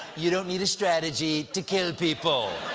you don't need a strategy to kill people.